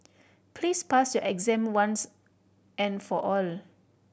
please pass your exam once and for all